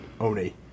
Oni